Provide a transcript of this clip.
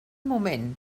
moment